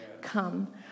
come